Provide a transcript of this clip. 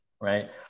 right